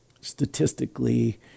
statistically